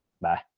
Bye